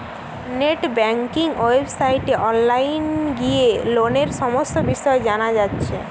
net banking ওয়েবসাইটে online গিয়ে লোনের সমস্ত বিষয় জানা যাচ্ছে